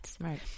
Right